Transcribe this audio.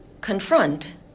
confront